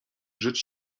rzecz